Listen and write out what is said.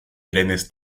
trenes